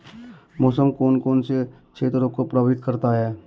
मौसम कौन कौन से क्षेत्रों को प्रभावित करता है?